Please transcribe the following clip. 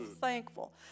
thankful